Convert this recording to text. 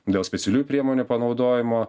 dėl specialiųjų priemonių panaudojimo